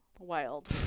Wild